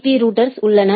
பீ ரவுட்டர்கள் உள்ளன